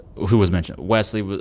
who was mentioned? wesley.